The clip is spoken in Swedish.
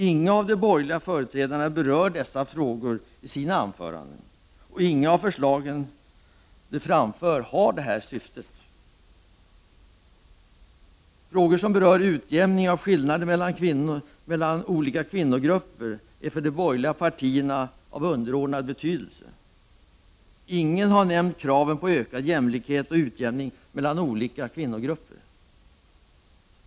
Ingen av de borgerliga företrädarna berör dessa frågor i sina anföranden, och inget av de förslag som de framför har detta syfte. Frågor som berör utjämning av skillnader mellan olika kvinnogrupper är för de borgerliga partierna av underordnad betydelse. Ingen har nämnt kraven på ökad jämlikhet och utjämning mellan olika kvinnogrupper.